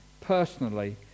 personally